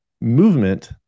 movement